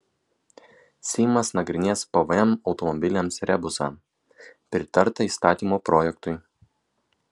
seimas nagrinės pvm automobiliams rebusą pritarta įstatymo projektui